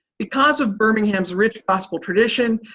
because of birmingham's rich gospel tradition,